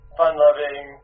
fun-loving